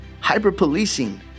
hyper-policing